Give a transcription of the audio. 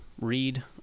read